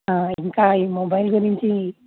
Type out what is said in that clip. ఇంకా ఈ మొబైల్ గురించి